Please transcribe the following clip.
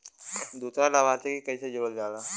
दूसरा लाभार्थी के कैसे जोड़ल जाला?